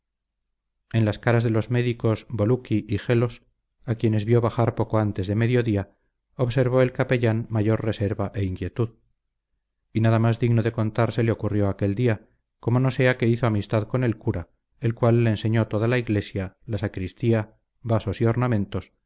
en las caras de los médicos boluqui y gelos a quienes vio bajar poco antes de mediodía observó el capellán mayor reserva e inquietud y nada más digno de contarse le ocurrió aquel día como no sea que hizo amistad con el cura el cual le enseñó toda la iglesia la sacristía vasos y ornamentos